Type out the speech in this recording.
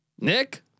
Nick